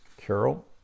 Carol